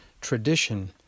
Tradition